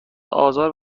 آزار